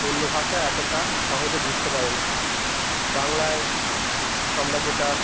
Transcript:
অন্য ভাষা এতটা সহজে বুঝতে পারি না বাংলায় আমরা যেটা